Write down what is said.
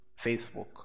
Facebook